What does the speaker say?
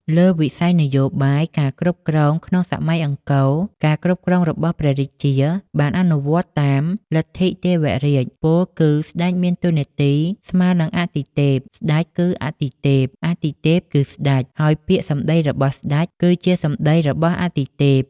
លើវិស័យនយោបាយ និងការគ្រប់គ្រងក្នុងសម័យអង្គរ ការគ្រប់គ្រងរបស់ព្រះរាជាបានអនុវត្តតាមលទ្ធិទេវរាជ ពោលគឺ ស្តេចមានតួនាទីស្មើនឹងអាទិទេព ស្តេចគឺអាទិទេព អាទិទេពគឺស្ដេច ហើយពាក្យសម្តីរបស់ស្ដេច គឺជាសម្តីរបស់អាទិទេព។